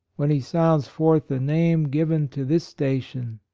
when he sounds forth the name given to this station,